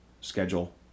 schedule